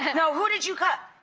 and no, who did you cut?